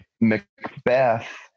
Macbeth